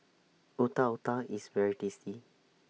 Otak Otak IS very tasty